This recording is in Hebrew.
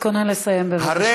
תתכונן לסיים, בבקשה.